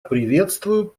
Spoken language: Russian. приветствую